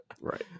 Right